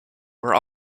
were